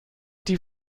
die